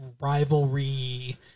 rivalry